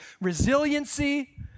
resiliency